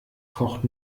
kocht